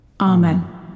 Amen